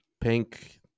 pink